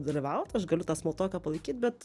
dalyvaut aš galiu tą smoltoką palaikyt bet